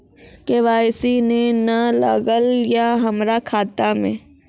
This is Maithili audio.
के.वाई.सी ने न लागल या हमरा खाता मैं?